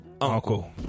Uncle